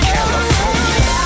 California